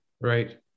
Right